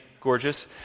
gorgeous